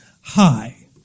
High